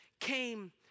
came